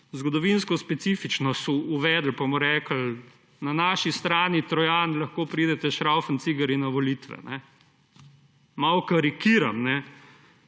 zgodovinsko specifičnost uvedli pa bomo rekli: na naši strani Trojan lahko pridete s šraufencigerji na volitve? Malo karikiram.